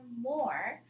more